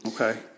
Okay